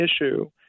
issue